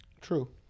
True